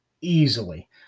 easily